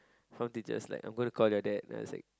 form teacher was like I'm going to call your dad and I was like